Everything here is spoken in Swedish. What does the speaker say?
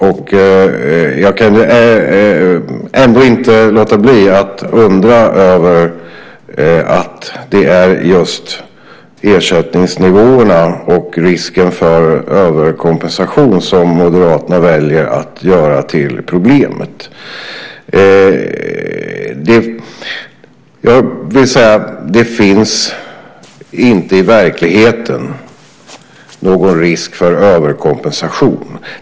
Men jag kan ändå inte låta bli att undra över varför det är just ersättningsnivåerna och risken för överkompensation som Moderaterna väljer att göra till problemet. Det finns i verkligheten inte någon risk för överkompensation.